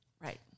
Right